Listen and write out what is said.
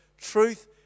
Truth